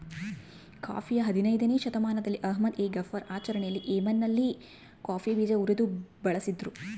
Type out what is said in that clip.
ಕಾಫಿಯು ಹದಿನಯ್ದನೇ ಶತಮಾನದಲ್ಲಿ ಅಹ್ಮದ್ ಎ ಗಫರ್ ಆಚರಣೆಯಲ್ಲಿ ಯೆಮೆನ್ನಲ್ಲಿ ಕಾಫಿ ಬೀಜ ಉರಿದು ಬಳಸಿದ್ರು